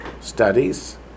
studies